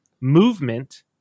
movement